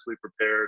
prepared